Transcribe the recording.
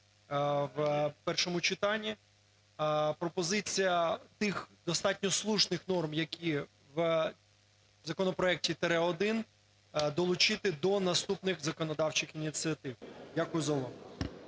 Дякую за увагу.